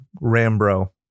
Rambo